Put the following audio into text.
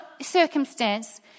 circumstance